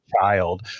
child